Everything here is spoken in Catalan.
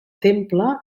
temple